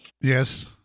yes